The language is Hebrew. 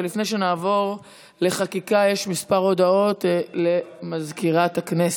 לפני שנעבור לחקיקה, יש כמה הודעות למזכירת הכנסת.